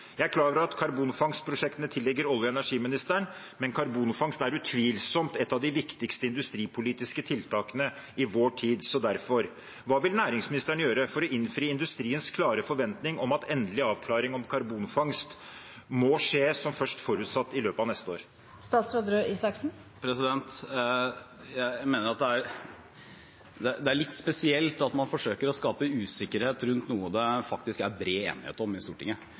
Jeg er klar over at karbonfangstprosjektene tilligger olje- og energiministeren, men karbonfangst er utvilsomt et av de viktigste industripolitiske tiltakene i vår tid, så derfor: Hva vil næringsministeren gjøre for å innfri industriens klare forventning om at endelig avklaring om karbonfangst må skje som først forutsatt, i løpet av neste år? Det er litt spesielt at man forsøker å skape usikkerhet rundt noe det faktisk er bred enighet om i Stortinget.